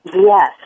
Yes